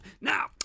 Now